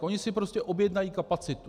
Oni si prostě objednají kapacitu.